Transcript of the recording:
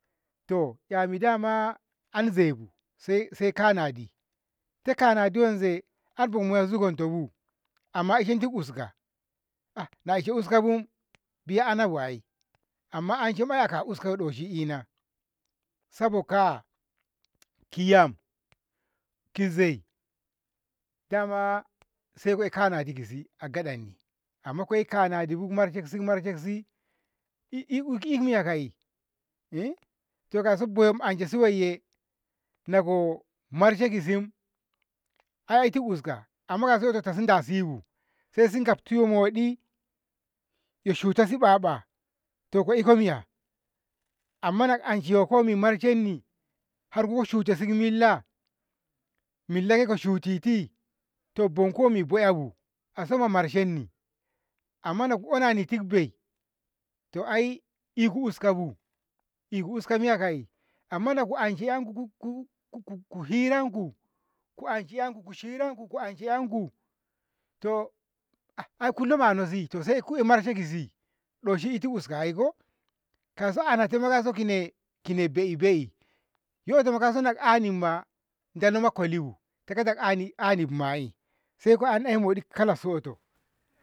to 'yami dama anzaibu sai sai kanadi, te kanadi wanse anmoi zigontabu amma a ishenti uska na ah na a ishe uskabu biya anabu ai amma ai a anshe aka uskai doshi ina sabok'a, ki yam kizai daman saiko eh kanadi kisi agadanni amma ko'e kanadibu ko marshe kisi komarshe kisi e- emiya ka'e to kauso a boyashi wayye nako marshe kisi ai a itit uska amma kauso yota ta si dasibu sai si gafto yo moɗi yoshutasi ɓaɓa to ko iko miya amma nako anshe mimarshenni harko shutasi ki milla, millaka'i shutiti to banku wammi ko bo'yabu a soma marshenni amma naku onanid bei to ai iku uskabu, iku uska miya ka'i amma ku anshe 'yanku kuk ku ku hiranku, ku anshe yanku ku hiraku ku anshe yanku to ai kulomano si saiku eh marshe kisi doshi itu uska ai koh? kauso anatai ma kine kine bei bei, yota nakauso ko anima daloma kolibu ta katani anibu ma'i saiko an aimoɗi kalassoto